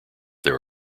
there